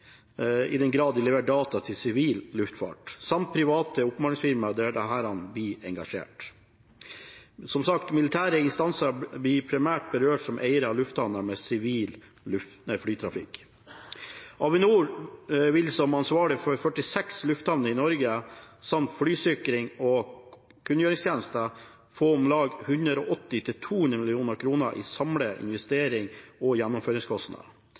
i den grad de leverer data til sivil luftfart, samt private oppmålingsfirmaer der disse blir engasjert. Som sagt blir militære instanser primært berørt som eiere av lufthavner med sivil flytrafikk. Avinor vil, som ansvarlig for 46 lufthavner i Norge samt flysikrings- og kunngjøringstjenesten, få om lag 180–200 mill. kr i samlede investerings- og gjennomføringskostnader